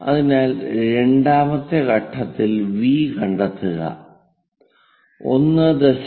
അതിനാൽ രണ്ടാമത്തെ ഘട്ടത്തിൽ V കണ്ടെത്തുക 1